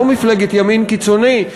לא מפלגת ימין קיצוני,